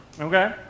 Okay